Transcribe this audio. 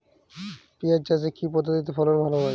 পিঁয়াজ চাষে কি পদ্ধতিতে ফলন ভালো হয়?